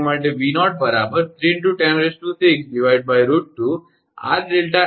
અને 3 phase line માટે 𝑉0 3×106√2𝑟𝛿𝑚0ln𝐷𝑒𝑞𝑟 𝑉𝑜𝑙𝑡𝑝ℎ𝑎𝑠𝑒 આ સમીકરણ 40 છે